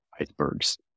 icebergs